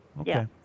Okay